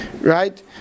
right